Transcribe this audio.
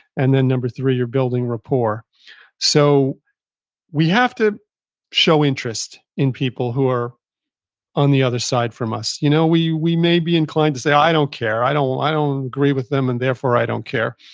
and, then number three, you're building rapport so we have to show interest in people who are on the other side from us. you know we we may be inclined to say, i don't care. i don't i don't agree with them and therefore, i don't care.